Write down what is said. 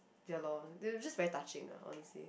ya loh it was just very touching lah honestly